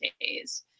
days